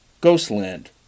Ghostland